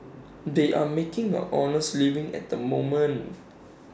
they are making an honest living at the moment